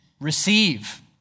Receive